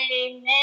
Amen